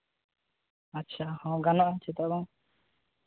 ᱟᱪᱪᱷᱟ ᱦᱚᱸ ᱜᱟᱱᱚᱜᱼᱟ ᱪᱮᱫᱟᱜ ᱵᱟᱝ